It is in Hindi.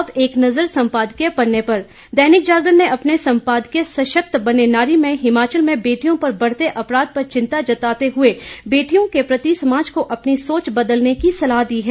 अब एक नज़र संपादकीय पन्ने पर दैनिक जागरण ने अपने संपादकीय सशक्त बने नारी में हिमाचल में बेटियों पर बढ़ते अपराध पर चिंता जताते हुए बेटियों के प्रति समाज को अपनी सोच बदलने की सलाह दी है